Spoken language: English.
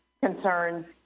Concerns